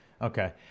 Okay